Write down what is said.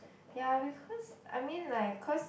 ya because I mean like cause